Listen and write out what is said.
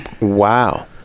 wow